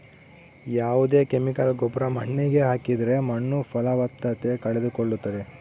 ಯಾವ್ದೇ ಕೆಮಿಕಲ್ ಗೊಬ್ರ ಮಣ್ಣಿಗೆ ಹಾಕಿದ್ರೆ ಮಣ್ಣು ಫಲವತ್ತತೆ ಕಳೆದುಕೊಳ್ಳುತ್ತದೆ